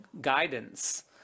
guidance